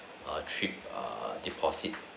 err trip err deposit